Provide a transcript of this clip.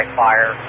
fire